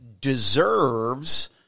deserves